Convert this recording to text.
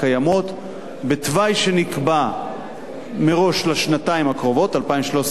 בתוואי שנקבע מראש לשנתיים הקרובות, 2013 ו-2014,